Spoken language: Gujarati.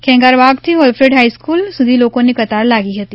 ખેંગારબાગથી ઓલ્ફેડ હાઇસ્કૂલ સુધી લોકોની કતાર લાગી હતી